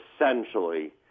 essentially